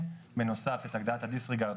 הכול מתוך כבוד והערכה הדדיים,